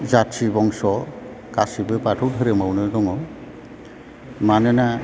जाथि बंस' गासैबो बाथौ धोरोमावनो दङ मानोना